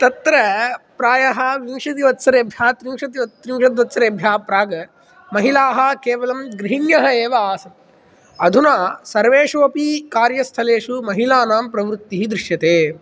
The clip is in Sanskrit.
तत्र प्रायः विंशतिवत्सरेभ्यः त्रिंशति त्रिंशत्वत्सरेभ्यः प्राक् महिलाः केवलं गृहिण्यः एव आसन् अधुना सर्वेषु अपि कार्यस्थलेषु महिलानां प्रवृत्तिः दृश्यते